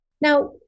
now